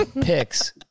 picks